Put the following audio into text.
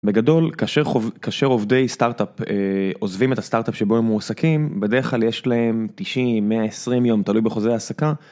בגדול כאשר חוב, כאשר עובדי סטארטאפ עוזבים את הסטארטאפ שבו הם מועסקים, בדרך כלל יש להם 90 120 יום, תלוי בחוזה ההעסקה.